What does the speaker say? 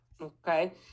okay